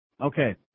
Okay